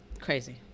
crazy